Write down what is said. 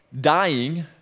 dying